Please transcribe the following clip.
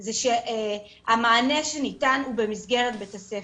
זה שהמענה שניתן הוא במסגרת בית הספר.